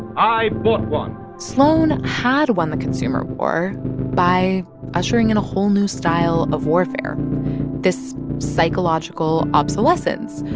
i bought one sloan had won the consumer war by ushering in a whole new style of warfare this psychological obsolescence,